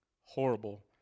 horrible